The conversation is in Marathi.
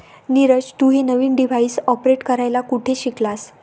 नीरज, तू हे नवीन डिव्हाइस ऑपरेट करायला कुठे शिकलास?